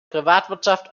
privatwirtschaft